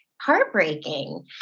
heartbreaking